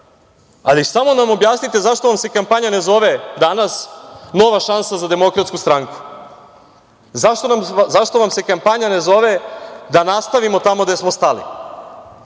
Alibaba. Samo nam objasnite zašto vam se kampanja ne zove danas - nova šansa za Demokratsku stranku? zašto vam se kampanja ne zove - da nastavimo tamo gde smo stali?